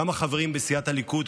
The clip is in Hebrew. גם החברים בסיעת הליכוד,